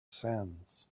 sands